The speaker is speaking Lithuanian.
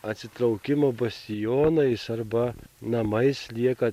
atsitraukimo bastionais arba namais lieka